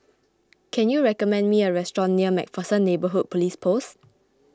can you recommend me a restaurant near MacPherson Neighbourhood Police Post